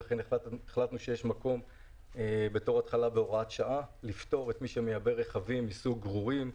ולכן החלטנו שיש מקום לפטור את מי שמייבא רכבים מסוג גרורים,